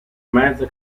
mezza